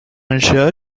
jeu